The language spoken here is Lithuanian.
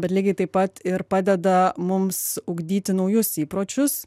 bet lygiai taip pat ir padeda mums ugdyti naujus įpročius